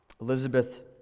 Elizabeth